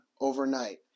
overnight